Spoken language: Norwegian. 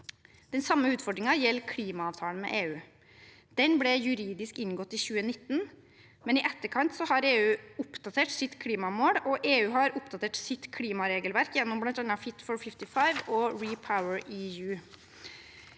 Den samme utfordringen gjelder klimaavtalen med EU. Den ble juridisk inngått i 2019, men i etterkant har EU oppdatert sitt klimamål, og EU har oppdatert sitt klimaregelverk gjennom bl.a. Fit for 55 og REPowerEU.